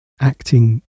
acting